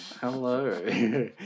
hello